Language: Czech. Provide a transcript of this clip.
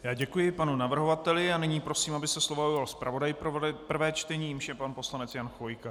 Já děkuji panu navrhovateli a nyní prosím, aby se slova ujal zpravodaj pro prvé čtení, jímž je pan poslanec Jan Chvojka.